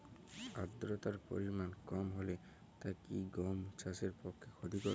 আর্দতার পরিমাণ কম হলে তা কি গম চাষের পক্ষে ক্ষতিকর?